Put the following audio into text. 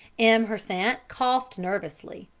m. hersant coughed nervously,